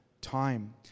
time